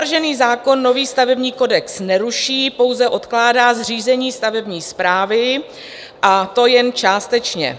Navržený zákon nový stavební kodex neruší, pouze odkládá zřízení stavební správy, a to jen částečně.